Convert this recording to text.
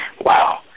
Wow